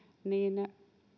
niin